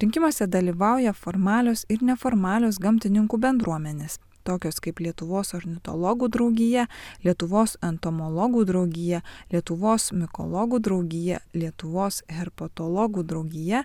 rinkimuose dalyvauja formalios ir neformalios gamtininkų bendruomenės tokios kaip lietuvos ornitologų draugija lietuvos entomologų draugija lietuvos mikologų draugija lietuvos herpatologų draugija